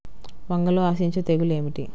వంగలో ఆశించు తెగులు ఏమిటి?